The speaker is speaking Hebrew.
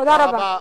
תודה רבה.